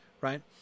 right